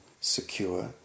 secure